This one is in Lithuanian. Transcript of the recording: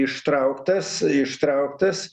ištrauktas ištrauktas